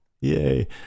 yay